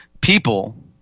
people